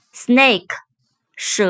snake,蛇